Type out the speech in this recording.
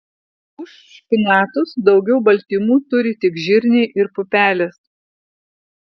už špinatus daugiau baltymų turi tik žirniai ir pupelės